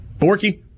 Borky